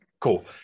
cool